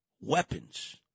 weapons